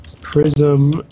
prism